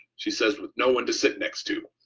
she says with no one to sit next to,